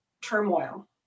turmoil